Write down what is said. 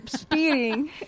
speeding